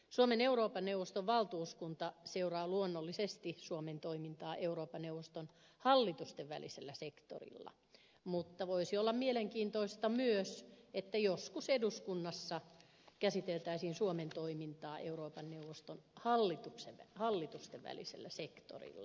suomen euroopan neuvoston valtuuskunta seuraa luonnollisesti suomen toimintaa euroopan neuvoston hallitustenvälisellä sektorilla mutta voisi olla mielenkiintoista myös se että joskus eduskunnassa käsiteltäisiin suomen toimintaa euroopan neuvoston hallitustenvälisellä sektorilla